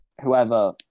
whoever